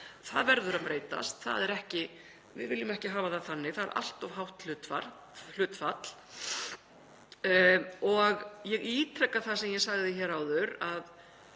Það verður að breytast. Við viljum ekki hafa það þannig, það er allt of hátt hlutfall og ég ítreka það sem ég sagði áður að